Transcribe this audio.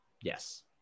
Yes